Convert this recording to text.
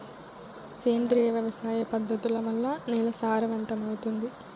సేంద్రియ వ్యవసాయ పద్ధతుల వల్ల, నేల సారవంతమౌతుందా?